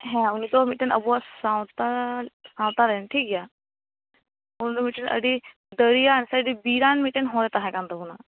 ᱦᱮᱸ ᱩᱱᱤᱫᱚ ᱢᱤᱫᱴᱟ ᱝ ᱟᱵᱚᱣᱟᱜ ᱥᱟᱶᱛᱟ ᱥᱟᱶᱛᱟᱨᱮᱱ ᱴᱷᱤᱠᱜᱮᱭᱟ ᱩᱱᱤᱫᱚ ᱢᱤᱫᱴᱟ ᱝ ᱟ ᱰᱤ ᱫᱟ ᱲᱮᱭᱟᱱ ᱥᱮ ᱟᱹᱰᱤ ᱵᱤᱨᱟᱱ ᱢᱤᱫᱴᱟᱝ ᱦᱚᱲᱮ ᱛᱟᱦᱮᱸ ᱠᱟᱱ ᱛᱟᱵᱚᱱᱟ